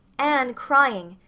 anne crying.